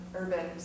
urban